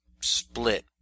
split